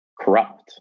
corrupt